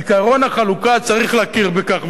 עקרון החלוקה צריך להכיר בכך,